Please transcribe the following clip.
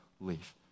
leave